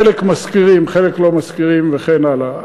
חלק משכירים, חלק לא משכירים וכן הלאה.